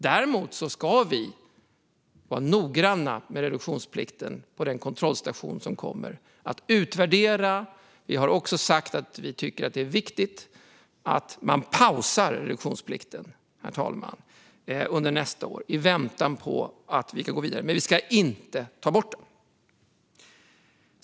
Däremot ska vi vara noggranna med reduktionsplikten på den kontrollstation som kommer att utvärdera. Vi har sagt att vi tycker att det är viktigt att pausa reduktionsplikten, herr talman, under nästa år i väntan på att vi kan gå vidare, men vi ska inte ta bort den.